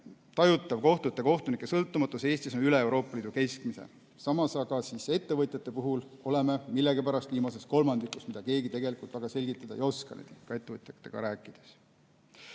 tajutav kohtute ja kohtunike sõltumatus Eestis on üle Euroopa Liidu keskmise. Samas aga ettevõtjate puhul oleme millegipärast viimases kolmandikus, mida keegi tegelikult väga selgitada ei oska, seda ka ettevõtjatega rääkides.